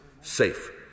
safe